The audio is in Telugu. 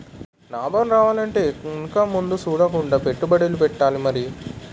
నాబం రావాలంటే ఎనక ముందు సూడకుండా పెట్టుబడెట్టాలి మరి